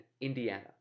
Indiana